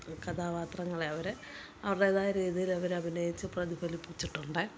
കഥാപാത്രങ്ങളെ അവര് അവരുടേതായ രീതിയില് അവരഭിനയിച്ചു പ്രതിഫലിപ്പിച്ചിട്ടുണ്ട്